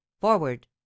forward